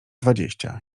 dwadzieścia